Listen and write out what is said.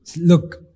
look